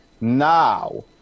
Now